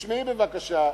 תשמעי בבקשה,